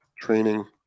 training